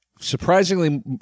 surprisingly